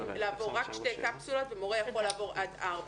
לעבור רק שתי קפסולות ומורה יכול לעבור עד ארבע.